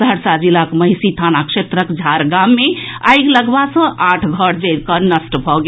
सहरसा जिलाक महिषी थाना क्षेत्रक झार गाम मे आगि लगबा सँ आठ घर जरि कऽ नष्ट भऽ गेल